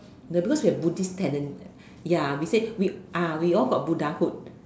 ya because we have Buddhist tenant ya we say we ah we all got Buddhahood